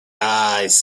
eyes